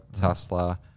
Tesla